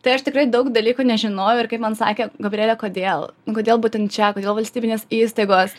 tai aš tikrai daug dalykų nežinojau ir kaip man sakė gabriele kodėl nu kodėl būtent čia kodėl valstybinės įstaigos